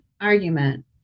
argument